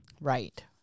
Right